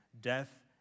death